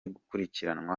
gukurikiranwa